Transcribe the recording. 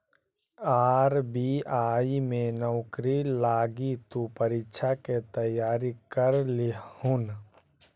RBI में नौकरी लागी तु परीक्षा के तैयारी कर लियहून